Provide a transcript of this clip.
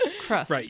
crust